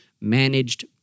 managed